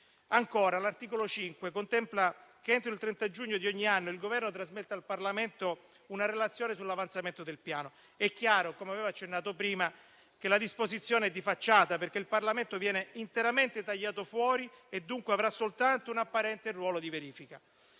l'articolo 5 contempla che, entro il 30 giugno di ogni anno, il Governo trasmetta al Parlamento una relazione sull'avanzamento del Piano: è chiaro - come ho accennato prima - che la disposizione è di facciata, perché il Parlamento viene interamente tagliato fuori e, dunque, avrà soltanto un apparente ruolo di verifica.